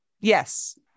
yes